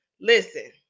Listen